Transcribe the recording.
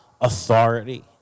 authority